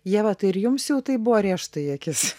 ieva tai ir jums jau taip buvo rėžta į akis